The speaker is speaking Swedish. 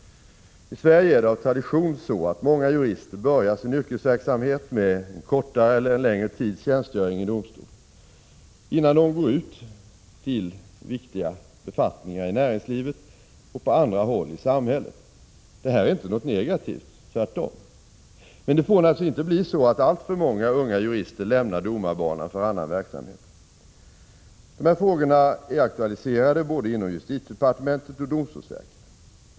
I Sverige är det av tradition så att många jurister börjar sin yrkesverksamhet med en kortare eller längre tids tjänstgöring i domstol, innan de går ut till viktiga befattningar i näringslivet och på andra håll i samhället. Detta är inte något negativt, tvärtom. Men det får naturligtvis inte bli så att alltför många unga jurister lämnar domarbanan för annan verksamhet. De här frågorna är aktualiserade inom både justitiedepartementet och domstolsverket.